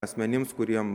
asmenims kuriem